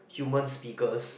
human speakers